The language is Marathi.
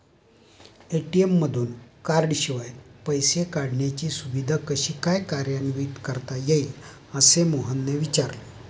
ए.टी.एम मधून कार्डशिवाय पैसे काढण्याची सुविधा कशी काय कार्यान्वित करता येईल, असे मोहनने विचारले